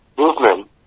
Movement